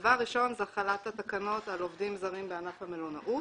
הדבר הראשון זה החלת התקנות על עובדים זרים בענף המלונאות.